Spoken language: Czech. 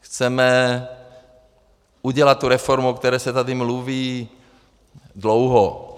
Chceme udělat tu reformu, o které se tady mluví dlouho.